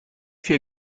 viel